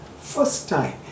first-time